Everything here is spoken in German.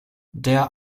der